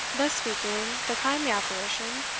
thus speaking, the kindly apparition,